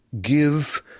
give